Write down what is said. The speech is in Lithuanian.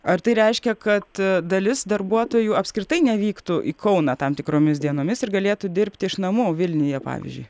ar tai reiškia kad aa dalis darbuotojų apskritai nevyktų į kauną tam tikromis dienomis ir galėtų dirbti iš namų vilniuje pavyzdžiui